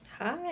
Hi